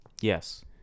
Yes